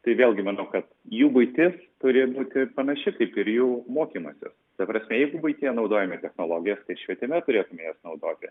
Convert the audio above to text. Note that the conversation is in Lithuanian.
tai vėlgi manau kad jų buitis turi būti panaši kaip ir jų mokymasis ta prasme jeigu buityje naudojame technologijas tai ir švietime turėtume jas naudoti